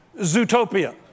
Zootopia